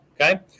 okay